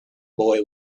boy